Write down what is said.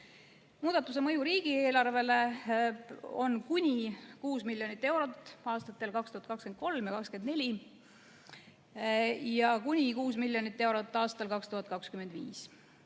Muudatuse mõju riigieelarvele on kuni 6 miljonit eurot aastatel 2023 ja 2024 ning kuni 6 miljonit eurot aastal 2025.